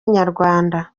inyarwanda